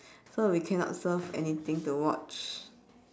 so we cannot surf anything to watch